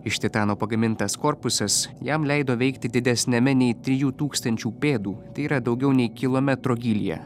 iš titano pagamintas korpusas jam leido veikti didesniame nei trijų tūkstančių pėdų tai yra daugiau nei kilometro gylyje